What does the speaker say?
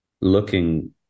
looking